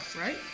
right